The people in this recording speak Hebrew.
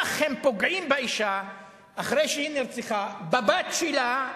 כך הם פוגעים באשה אחרי שהיא נרצחה, בבת שלה,